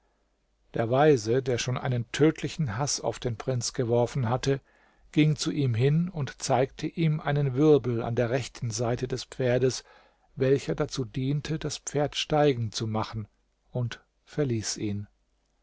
der weise der schon einen tödlichen haß auf den prinzen geworfen hatte ging zu ihm hin und zeigte ihm einen wirbel an der rechten seite des pferdes welcher dazu diente das pferd steigen zu machen und verließ ihn